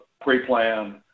pre-plan